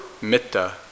mitta